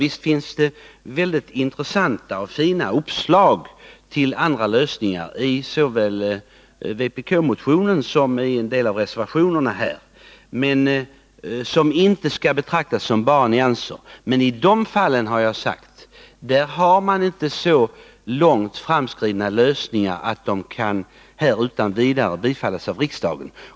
Visst finns det intressanta och fina uppslag till andra lösningar såväl i vpk-motionen som i en del av reservatioerna, lösningar som inte bara skall betraktas som nyanser. Men, har jag sagt, man har inte så långt framskridna lösningar att dessa utan vidare kan biträdas av riksdagen.